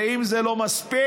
ואם זה לא מספיק,